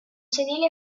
sedili